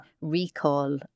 recall